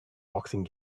boxing